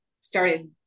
started